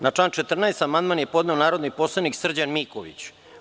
Na član 14. amandman je podneo narodni poslanik Srđan Miković.